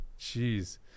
Jeez